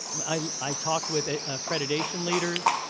i talked with accreditation leaders,